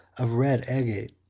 of red agate,